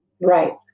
right